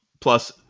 Plus